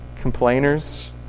complainers